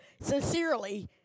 sincerely